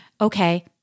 okay